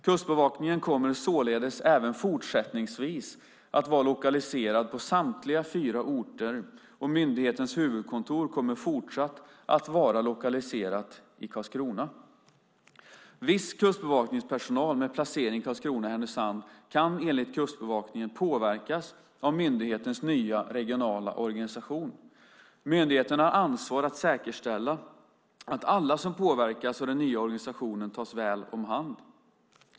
Kustbevakningen kommer således även fortsättningsvis att vara lokaliserad på samtliga fyra orter, och myndighetens huvudkontor kommer fortsatt att vara lokaliserat i Karlskrona. Viss kustbevakningspersonal med placering i Karlskrona och Härnösand kan enligt Kustbevakningen påverkas av myndighetens nya regionala organisation. Myndigheten har ansvaret att säkerställa att alla som påverkas av den nya organisationen tas väl omhand.